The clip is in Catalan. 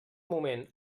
moment